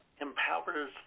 empowers